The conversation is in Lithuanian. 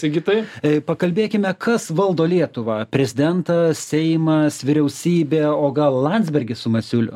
sigitai ė pakalbėkime kas valdo lietuvą prezidentą seimas vyriausybė o gal landsbergis su masiuliu